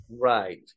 right